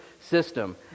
system